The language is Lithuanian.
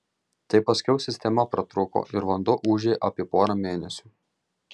tai paskiau sistema pratrūko ir vanduo ūžė apie porą mėnesių